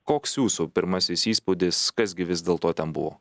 koks jūsų pirmasis įspūdis kas gi vis dėlto ten buvo